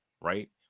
right